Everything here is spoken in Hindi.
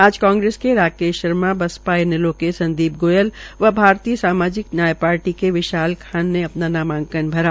आज कांग्रेस के राकेश शर्मा बसपा इनैलो के संदीप गोयल व भारतीय सामाजिक न्याय पार्टी के निशान खान ने अपना नामांकन भरा